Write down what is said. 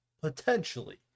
potentially